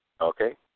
okay